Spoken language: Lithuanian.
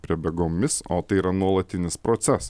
prabėgomis o tai yra nuolatinis procesas